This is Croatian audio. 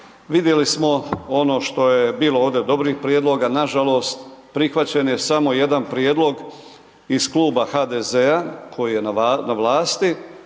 vidjeli smo ono što je bilo ovdje dobrih prijedloga, nažalost prihvaćen je samo jedan prijedlog iz Kluba HDZ-a koji je na vlasti,